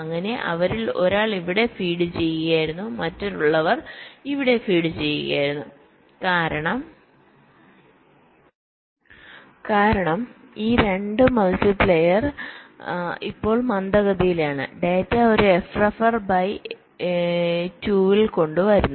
അങ്ങനെ അവരിൽ ഒരാൾ ഇവിടെ ഫീഡ് ചെയ്യുകയായിരുന്നു മറ്റുള്ളവർ ഇവിടെ ഫീഡ് ചെയ്യുകയായിരുന്നു കാരണം ഈ 2 മൾട്ടിപ്ലയർ ഇപ്പോൾ മന്ദഗതിയിലാണ് ഡാറ്റ ഒരു എഫ് റഫർ ബൈ 2ൽ കൊണ്ട് വരുന്നു